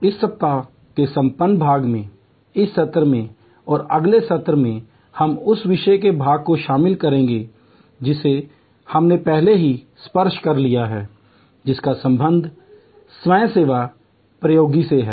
इस सप्ताह के समापन भाग में इस सत्र में और अगले सत्र में हम उस विषय के भाग को शामिल करेंगे जिसे हमने पहले ही स्पर्श कर लिया है जिसका संबंध स्वयं सेवा प्रौद्योगिकी से है